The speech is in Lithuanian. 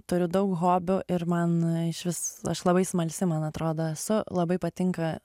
turiu daug hobių ir man išvis aš labai smalsi man atrodo esu labai patinka